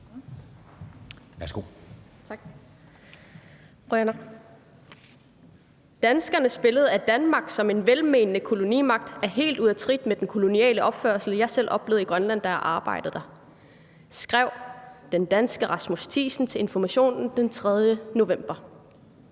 »Danskernes billede af Danmark som en velmenende kolonimagt er helt ude af trit med den koloniale opførsel, jeg selv oplevede i Grønland, da jeg arbejdede der ...«, skrev danske Rasmus Theisen til Information den 3. november.